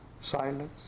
silence